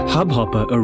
Hubhopper